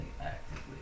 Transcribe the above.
actively